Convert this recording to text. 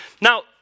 Now